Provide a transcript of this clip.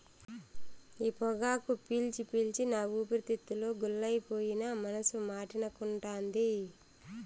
ఈ పొగాకు పీల్చి పీల్చి నా ఊపిరితిత్తులు గుల్లైపోయినా మనసు మాటినకుంటాంది